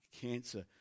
cancer